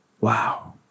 Wow